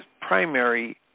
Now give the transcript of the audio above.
primary